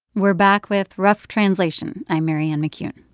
we're back with rough translation. i'm marianne mccune.